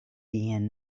dien